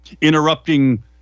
interrupting